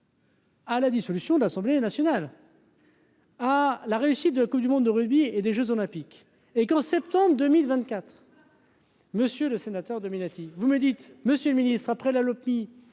à la dissolution de l'Assemblée nationale. à la réussite de Coupe du monde de rugby et des Jeux olympiques et qu'en septembre 2024. Monsieur le sénateur Dominati, vous me dites, Monsieur le Ministre, après la Loki